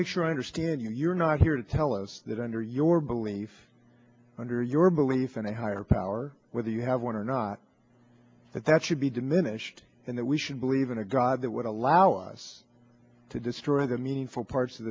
make sure i understand you're not here to tell us that under your belief under your belief in a higher power whether you have one or not that that should be diminished and that we should believe in a god that would allow us to destroy the meaningful parts of